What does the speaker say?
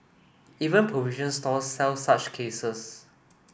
even provision stores sell such cases